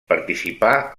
participà